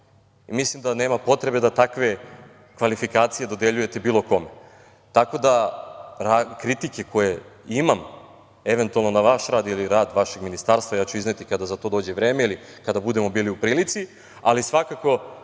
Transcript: mislim da nema potrebe da takve kvalifikacije dodeljujete bilo kome. Kritike koje imam eventualno na vaš rad ili rad vašeg ministarstva, ja ću izneti kada za to dođe vreme ili kada budemo bili u prilici, ali svakako